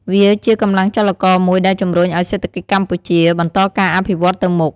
វាជាកម្លាំងចលករមួយដែលជំរុញឱ្យសេដ្ឋកិច្ចកម្ពុជាបន្តការអភិវឌ្ឍទៅមុខ។